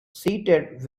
seated